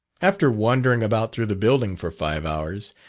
after wandering about through the building for five hours,